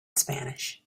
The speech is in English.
spanish